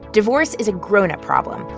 divorce is a grown-up problem.